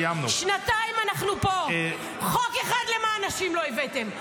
שנתיים אנחנו פה, חוק אחד למען נשים לא הבאתם.